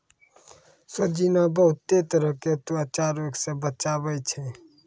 सोजीना बहुते तरह के त्वचा रोग से बचावै छै